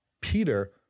Peter